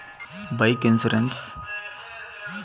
Insurance ಯಾವ ಯಾವುದಕ್ಕ ಬರುತ್ತೆ?